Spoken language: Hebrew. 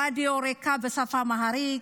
רדיו רק"ע בשפה האמהרית,